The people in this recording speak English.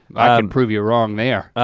ah and prove you wrong there.